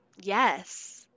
Yes